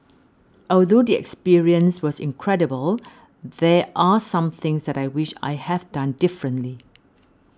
although the experience was incredible there are some things that I wish I have done differently